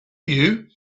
you